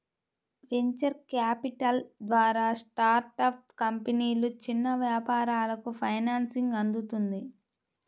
venture capital ద్వారా startup కంపెనీలు, చిన్న వ్యాపారాలకు ఫైనాన్సింగ్ అందుతుంది